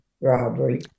robbery